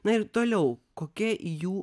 na ir toliau kokia jų